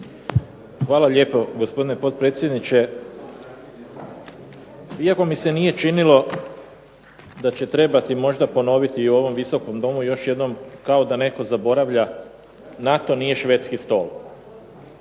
Hvala lijepo gospodine potpredsjedniče. Iako mi se nije činilo da će trebati možda ponoviti i u ovom Visokom domu još jednom kao da netko zaboravlja NATO nije švedski stol